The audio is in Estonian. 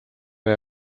jõe